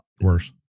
worse